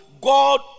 God